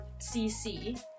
CC